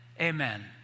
Amen